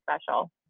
special